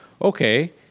okay